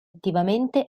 attivamente